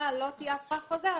לא תהיה הפרה חוזרת,